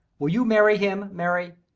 will you marry him mary,